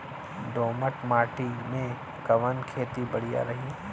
दोमट माटी में कवन खेती बढ़िया रही?